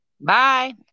Bye